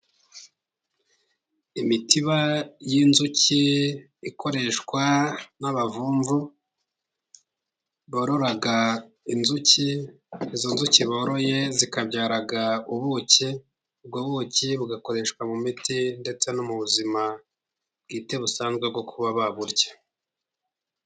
Imitiba y'inzuki ikoreshwa n'abavumvu barora inzuki, izo nzuki boroye zikabyara ubuki, ubwo buki bugakoreshwa mu miti ndetse no mu buzima bwite busanzwe bwo kuba baburya.